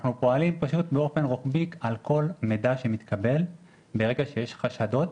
אנחנו פועלים באופן רוחבי על כל מידע שמתקבל ברגע שיש חשדות